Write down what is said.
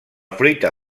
fruita